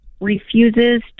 refuses